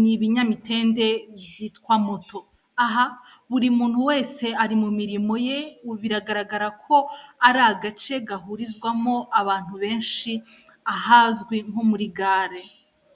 ni ibinyamitende byitwa moto. Aha buri muntu wese ari mu mirimo ye, ubu biragaragara ko ari agace gahurizwamo abantu benshi, ahazwi nko muri gare.